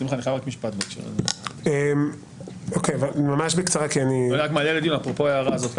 מי שמכיר למשל את פסקי הדין שברון ומיד בארצות הברית,